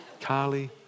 Carly